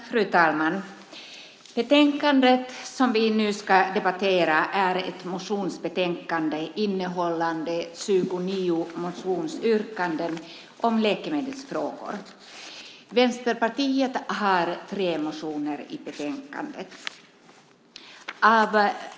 Fru talman! Betänkandet som vi nu ska debattera är ett motionsbetänkande innehållande 29 motionsyrkanden om läkemedelsfrågor. Vänsterpartiet har tre motioner i betänkandet.